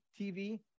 TV